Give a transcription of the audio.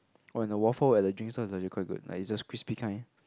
oh and the waffle at the drink stall is actually quite good like it's the crispy kind